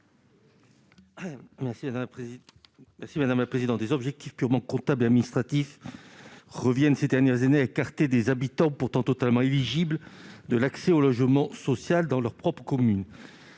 M. Max Brisson. Les objectifs purement comptables et administratifs reviennent, ces dernières années, à écarter les habitants pourtant éligibles de l'accès au logement social de leur propre commune.